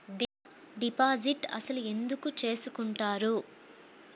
Deposit అసలు ఎందుకు చేసుకుంటారు?